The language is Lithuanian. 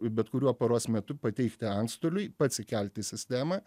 bet kuriuo paros metu pateikti antstoliui pats įkelti į sistemą